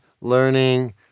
learning